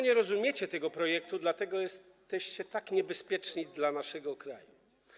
Nie rozumiecie tego projektu, dlatego jesteście tak niebezpieczni dla naszego kraju.